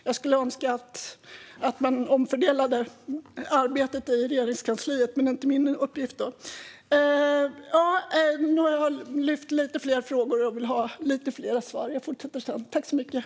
Jag skulle önska att man omfördelade arbetet i Regeringskansliet, men det är dock inte min uppgift. Nu har jag lyft lite fler frågor och vill ha lite fler svar. Jag fortsätter sedan.